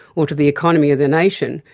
or to the economy of the nation,